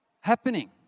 happening